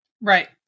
Right